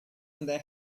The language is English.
under